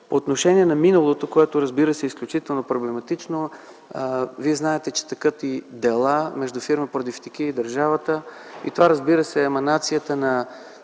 отношение на миналото, което разбира се е изключително проблематично, вие знаете, че текат дела между фирма „Продефтики” и държавата. Това разбира се е еманацията на